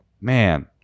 man